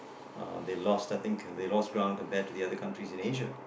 uh they lost I think they lost ground compared to the other countries in Asia